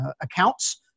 accounts